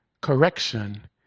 correction